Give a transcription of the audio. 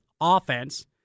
offense